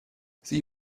sie